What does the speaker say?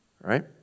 Right